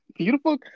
beautiful